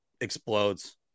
explodes